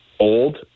old